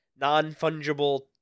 Non-fungible